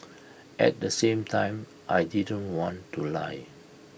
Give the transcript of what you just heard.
at the same time I didn't want to lie